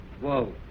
Whoa